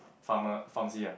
Pharma~ Pharmacy ah